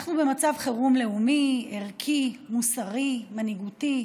אנחנו במצב חירום לאומי, ערכי, מוסרי, מנהיגותי,